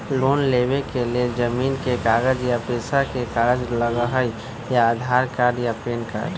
Loan लेवेके लेल जमीन के कागज या पेशा के कागज लगहई या आधार कार्ड या पेन कार्ड?